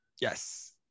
Yes